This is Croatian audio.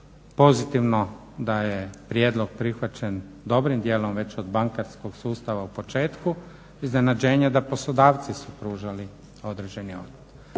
pozitivno da je prijedlog prihvaćen, dobrim dijelom već od bankarskog sustava u početku, iznenađenje da poslodavci su pružali određeni otpor.